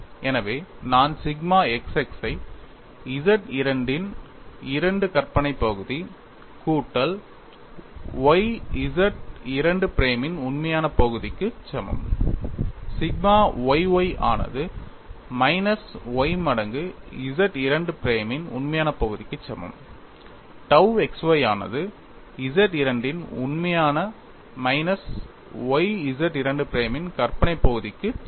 எனவே நான் sigma x x ஐ Z II இன் 2 கற்பனை பகுதி கூட்டல் y Z II பிரைமின் உண்மையான பகுதிக்கு சமம் சிக்மா y y ஆனது மைனஸ் y மடங்கு Z II பிரைமின் உண்மையான பகுதிக்கு சமம் tau x y ஆனது Z II இன் உண்மையான மைனஸ் y Z II பிரைமின் கற்பனை பகுதிக்கு சமம்